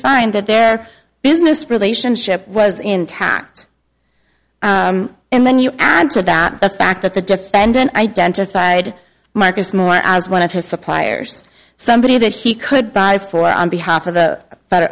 find that their business relationship was intact and then you add to that the fact that the defendant identified marcus moore as one of his suppliers somebody that he could buy for on behalf